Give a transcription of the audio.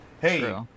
hey